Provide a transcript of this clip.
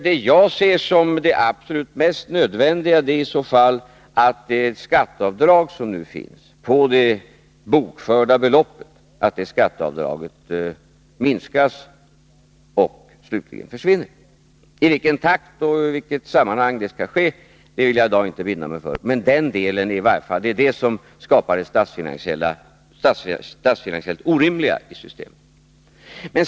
Det jag ser som det absolut mest nödvändiga är i så fall att det skatteavdrag som nu finns på det bokförda beloppet minskas och slutligen försvinner. I vilken takt och vilket sammanhang det skall ske vill jag i dag inte binda mig för. Det är den delen som skapar det statsfinansiellt orimliga i systemet.